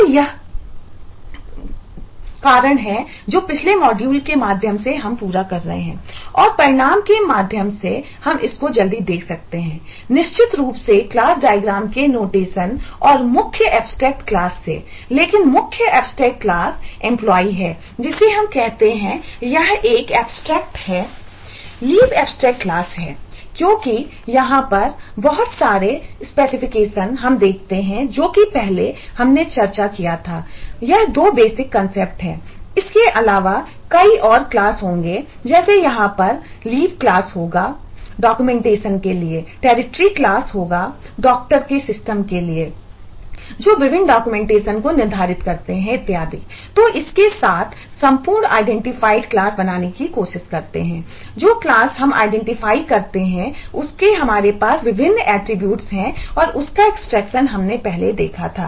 तो यह कार्य है जो पिछले मॉड्यूल है इसके अलावा कई और क्लासहमने पहले देखा था